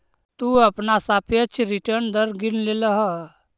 तु अपना सापेक्ष रिटर्न दर गिन लेलह